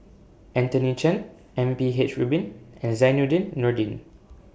Anthony Chen M P H Rubin and Zainudin Nordin